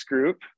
group